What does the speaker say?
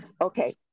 Okay